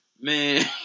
Man